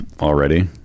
already